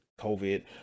COVID